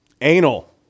Anal